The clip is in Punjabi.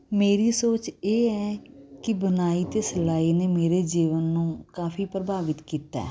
ਮੇਰੀ ਸੋਚ ਇਹ ਹੈ ਕਿ ਬੁਣਾਈ ਅਤੇ ਸਿਲਾਈ ਨੇ ਮੇਰੇ ਜੀਵਨ ਨੂੰ ਕਾਫੀ ਪ੍ਰਭਾਵਿਤ ਕੀਤਾ